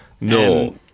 No